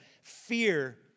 Fear